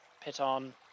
piton